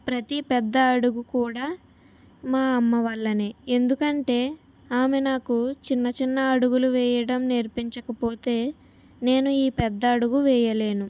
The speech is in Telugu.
ప్రతి పెద్ద అడుగు కూడా మా అమ్మ వల్లనే ఎందుకంటే ఆమె నాకు చిన్నచిన్న అడుగులు వేయడం నేర్పించకపోతే నేను ఈ పెద్ద అడుగు వేయలేను